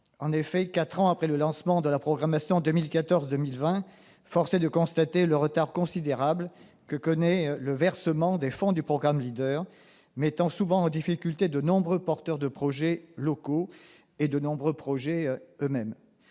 la PAC. Quatre ans après le lancement de la programmation 2014-2020, force est de constater le retard considérable que connaît le versement des fonds du programme LEADER, ce qui met en difficulté de nombreux porteurs de projets locaux et les projets eux-mêmes.